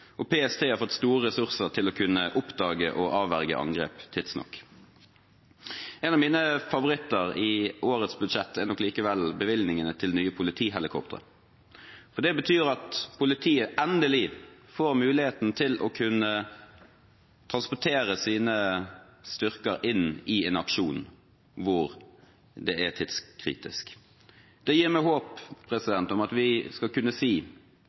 Og PST har fått store ressurser til å kunne oppdage og avverge angrep tidsnok. En av mine favoritter i årets budsjett er nok likevel bevilgningene til nye politihelikoptre, for det betyr at politiet endelig får muligheten til å kunne transportere sine styrker inn i en aksjon hvor det er tidskritisk. Det gir meg håp om at vi skal kunne si